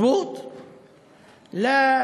(אומר דברים בערבית: נכון?